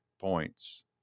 points